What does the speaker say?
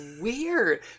weird